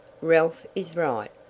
ralph is right.